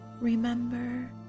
Remember